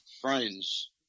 friends